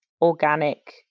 organic